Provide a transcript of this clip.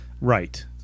right